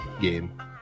game